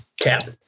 Cap